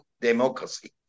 democracy